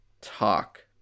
talk